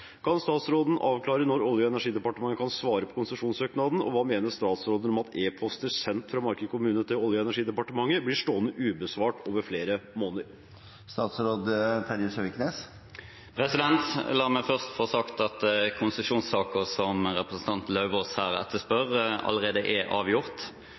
Kan statsråden avklare når Olje- og energidepartementet kan svare på konsesjonssøknaden, og hva mener statsråden om at e-poster sendt fra Marker kommune til Olje- og energidepartementet blir stående ubesvart over flere måneder?» La meg først få si at konsesjonssaken som representanten Lauvås her etterspør, allerede er avgjort.